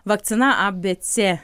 vakcina abc